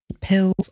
pills